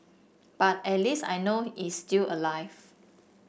but at least I know is still alive